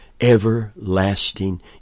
everlasting